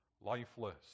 lifeless